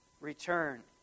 return